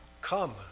Come